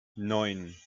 neun